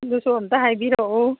ꯑꯗꯨꯁꯨ ꯑꯝꯇ ꯍꯥꯏꯕꯤꯔꯛꯎ